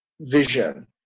vision